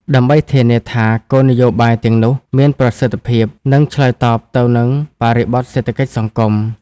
ដើម្បីធានាថាគោលនយោបាយទាំងនោះមានប្រសិទ្ធភាព និងឆ្លើយតបទៅនឹងបរិបទសេដ្ឋកិច្ចសង្គម។